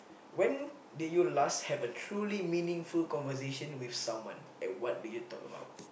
when did you last have a truly meaningful conversation with someone and what did you talk about